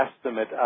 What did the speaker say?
estimate